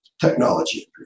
technology